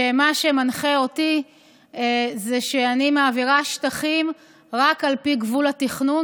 כשמה שמנחה אותי הוא שאני מעבירה שטחים רק על פי גבול התכנון.